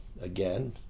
again